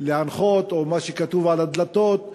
או מה שכתוב על הדלתות,